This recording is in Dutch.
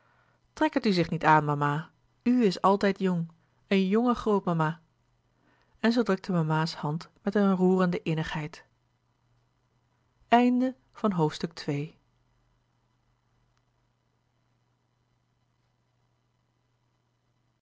u het zich niet aan mama u is altijd jong een jonge grootmama en zij drukte mama's hand met een roerende innigheid